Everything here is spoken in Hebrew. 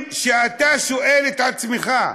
אלה דברים, אתה שואל את עצמך: